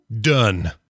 done